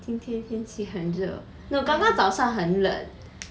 今天天气很热 no 刚刚早上很冷